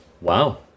Wow